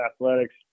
Athletics